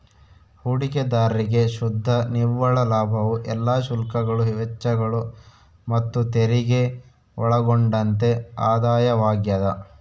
ಹೂಡಿಕೆದಾರ್ರಿಗೆ ಶುದ್ಧ ನಿವ್ವಳ ಲಾಭವು ಎಲ್ಲಾ ಶುಲ್ಕಗಳು ವೆಚ್ಚಗಳು ಮತ್ತುತೆರಿಗೆ ಒಳಗೊಂಡಂತೆ ಆದಾಯವಾಗ್ಯದ